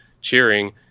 cheering